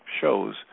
shows